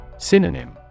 Synonym